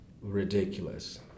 ridiculous